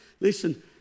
Listen